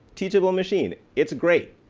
teachable machine. it's great.